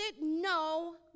no